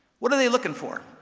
what are they looking for?